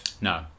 no